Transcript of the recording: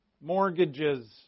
mortgages